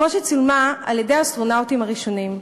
שצולמה על-ידי האסטרונאוטים הראשונים.